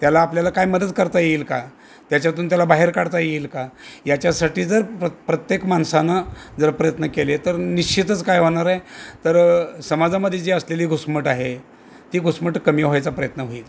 त्याला आपल्याला काय मदत करता येईल का त्याच्यातून त्याला बाहेर काढता येईल का याच्यासाठी जर प्र प्रत्येक माणसानं जर प्रयत्न केले तर निश्चितच काय होणार आहे तरं समाजामध्ये जी असलेली घुसमट आहे ती घुसमट कमी व्हायचा प्रयत्न होईल